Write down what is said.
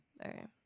Okay